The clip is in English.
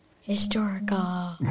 Historical